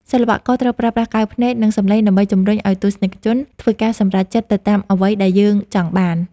សិល្បករត្រូវប្រើប្រាស់កែវភ្នែក និង សម្លេងដើម្បីជម្រុញឱ្យទស្សនិកជនធ្វើការសម្រេចចិត្តទៅតាមអ្វីដែលយើងចង់បាន។